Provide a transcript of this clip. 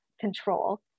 control